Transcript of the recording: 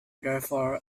therefore